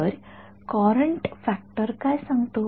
तर current factor काय सांगतो